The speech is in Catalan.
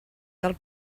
del